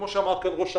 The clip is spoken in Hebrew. כמו שאמר כאן ראש האגף,